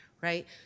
right